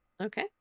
Okay